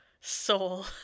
soul